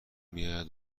میاید